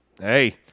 Hey –